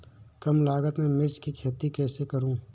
कम लागत में मिर्च की खेती कैसे करूँ?